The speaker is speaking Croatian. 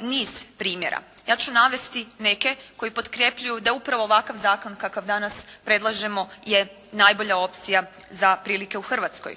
niz primjera. Ja ću navesti neke koji potkrepljuju da upravo ovakav Zakon kakav danas predlažemo je najbolja opcija za prilike u Hrvatskoj.